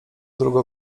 drugą